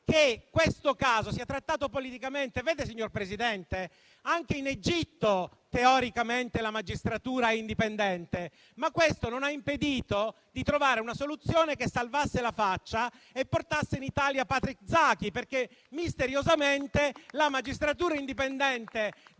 che questo caso sia trattato politicamente. Vede, signor Presidente, anche in Egitto teoricamente la magistratura è indipendente, ma questo non ha impedito di trovare una soluzione che salvasse la faccia e portasse in Italia Patrick Zaki, perché misteriosamente la magistratura indipendente